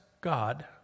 God